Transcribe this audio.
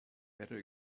better